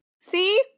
See